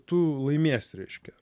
tu laimėsi reiškia